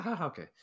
okay